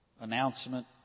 announcement